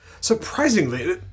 Surprisingly